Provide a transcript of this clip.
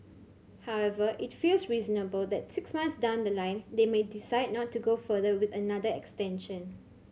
however it feels reasonable that six months down the line they may decide not to go further with another extension